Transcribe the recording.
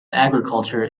agriculture